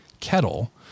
kettle